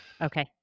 Okay